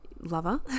lover